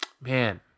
man